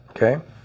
Okay